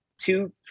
two